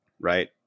right